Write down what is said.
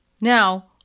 Now